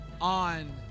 on